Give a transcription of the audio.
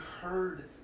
heard